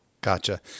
Gotcha